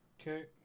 Okay